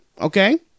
Okay